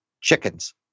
chickens